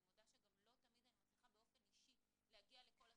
אני מודה שגם לא תמיד אני מצליחה באופן אישי להגיע לכל אחד,